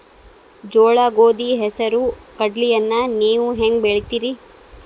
ಜೋಳ, ಗೋಧಿ, ಹೆಸರು, ಕಡ್ಲಿಯನ್ನ ನೇವು ಹೆಂಗ್ ಬೆಳಿತಿರಿ?